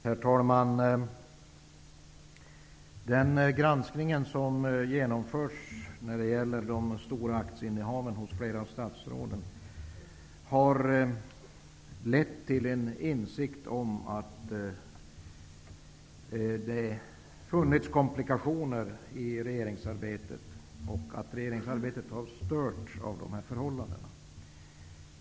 Herr talman! Den granskning som genomförts när det gäller stora aktieinnehav hos flera av statsråden har lett till en insikt om att det funnits komplikationer i regeringsarbetet och att regeringsarbetet har störts av dessa förhållanden.